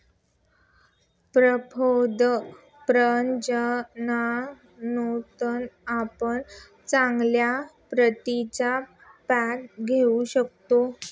प्रपद प्रजननातून आपण चांगल्या प्रतीची पिके घेऊ शकतो